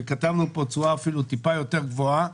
וכתבנו פה תשואה אפילו טיפה יותר גבוהה,